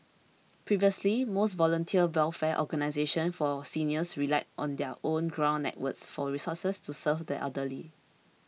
previously most voluntary welfare organisations for seniors relied on their own ground networks for resources to serve the elderly